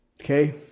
Okay